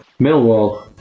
Millwall